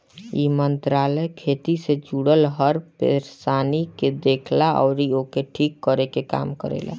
इ मंत्रालय खेती से जुड़ल हर परेशानी के देखेला अउरी ओके ठीक करे के काम करेला